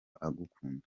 agukunda